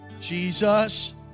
Jesus